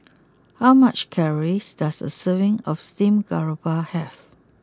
how much calories does a serving of Steamed Garoupa have